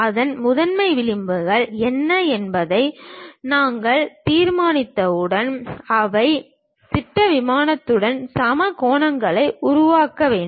அந்த முதன்மை விளிம்புகள் என்ன என்பதை நாங்கள் தீர்மானித்தவுடன் அவை திட்ட விமானத்துடன் சம கோணங்களை உருவாக்க வேண்டும்